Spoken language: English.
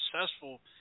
successful